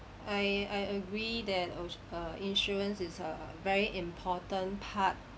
I I agree that in~ err insurance is a very important part